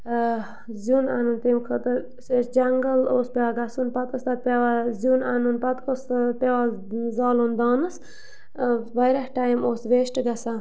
زِیُن اَنُن تَمہِ خٲطرٕ اَسہِ اوس جنگل اوس پٮ۪وان گژھُن پتہٕ اوس تتہِ پٮ۪وان زِیُن اَنُن پتہٕ اوس سُے پٮ۪وان زالُن دانس واریاہ ٹایِم اوس ویسٹ گژھان